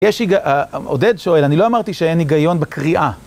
יש הג... עודד שואל, אני לא אמרתי שאין היגיון בקריאה.